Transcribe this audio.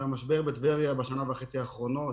המשבר בטבריה בשנה וחצי האחרונות